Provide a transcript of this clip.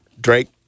Drake